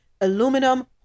aluminum